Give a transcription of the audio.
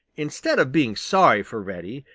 instead of being sorry for reddy,